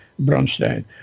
Bronstein